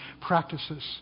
practices